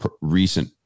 recent